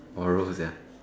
oral exam